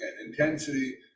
Intensity